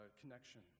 connection